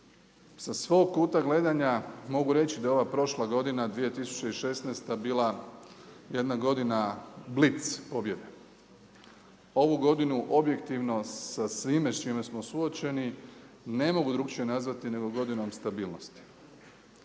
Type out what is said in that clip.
Sa svog kuta gledanja mogu reći da je ova prošla godina 2016. bila jedna godina blic pobjede. Ovu godinu objektivno sa svime s čime smo suočeni ne mogu drukčije nazvati nego godinom stabilnosti,